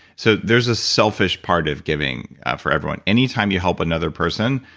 so there's a selfish part of giving for everyone. any time you help another person,